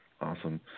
awesome